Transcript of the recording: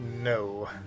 No